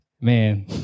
man